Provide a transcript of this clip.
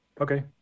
okay